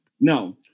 No